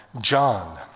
John